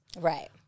Right